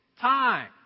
time